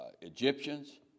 Egyptians